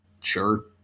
sure